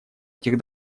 этих